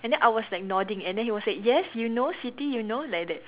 and then I was like nodding and then he was said yes you know Siti you know like that